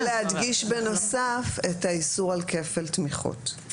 להדגיש בנוסף את האיסור על כפל תמיכות.